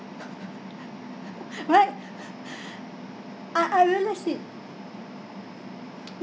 right ah ah no no see